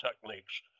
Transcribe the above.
techniques